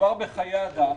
מדובר בחיי אדם.